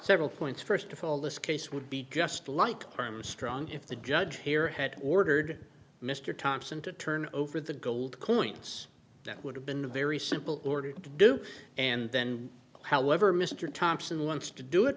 several points first of all this case would be just like armstrong if the judge here had ordered mr thompson to turn over the gold coins that would have been very simple ordered to do and then however mr thompson wants to do it